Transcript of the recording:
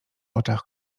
oczach